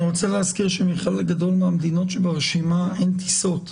אני רוצה להזכיר שלחלק גדול מהמדינות שברשימה אין טיסות.